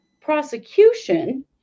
prosecution